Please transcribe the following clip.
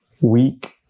weak